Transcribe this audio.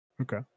Okay